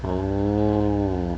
hor